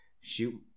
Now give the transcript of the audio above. Shoot